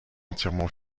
entièrement